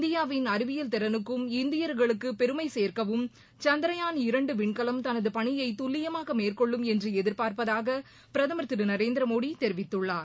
இந்தியாவின் அறிவியல் திறனுக்கும் இந்தியர்களுக்கு பெருமை சேர்க்கவும் சந்திரயான் இரண்டு விண்கலம் தனது பணியை துல்லியமாக மேற்கொள்ளும் என்று எதிர்பார்ப்பதாக பிரதமர் திரு நரேந்திர மோடி தெரிவித்துள்ளார்